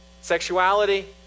sexuality